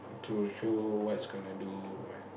to show what's gonna do right